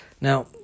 Now